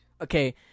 okay